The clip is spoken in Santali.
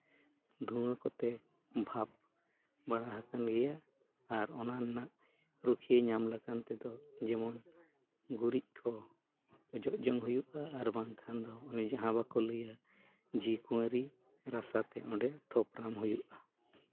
ᱫᱷᱩᱣᱟᱹ ᱠᱚᱛᱮ ᱵᱷᱟᱵᱽ ᱵᱟᱲᱟ ᱟᱠᱟᱱ ᱜᱮᱭᱟ ᱟᱨ ᱚᱱᱟ ᱨᱮᱱᱟᱜ ᱨᱩᱠᱷᱤᱭᱟᱹ ᱧᱟᱢ ᱞᱮᱠᱟᱱ ᱛᱮᱫᱚ ᱡᱮᱢᱚᱱ ᱜᱩᱨᱤᱡ ᱠᱚ ᱚᱡᱚᱜ ᱡᱚᱝ ᱦᱩᱭᱩᱜᱼᱟ ᱟᱨ ᱵᱟᱝᱠᱷᱟᱱ ᱫᱚ ᱩᱱᱤ ᱡᱟᱦᱟᱸ ᱵᱟᱠᱚ ᱞᱟᱹᱭᱟ ᱡᱮ ᱠᱩᱣᱟᱹᱨᱤ ᱨᱟᱥᱟ ᱛᱮ ᱚᱸᱰᱮ ᱛᱷᱚᱯᱨᱟᱢ ᱦᱩᱭᱩᱜᱼᱟ